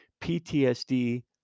PTSD